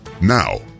now